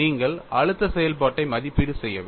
நீங்கள் அழுத்த செயல்பாட்டை மதிப்பீடு செய்யவில்லை